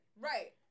Right